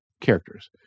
characters